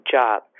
job